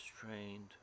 trained